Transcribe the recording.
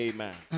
Amen